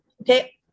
Okay